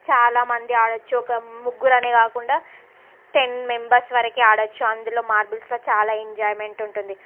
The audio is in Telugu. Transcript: చాలామంది ఆడవచ్చు ఒక ముగ్గురు అని కాకుండా సి టెన్ మెంబెర్స్ వరకి ఆడవచ్చు అందులో మార్బుల్స్లో చాలా ఎంజాయ్మెంట్ ఉంటుంది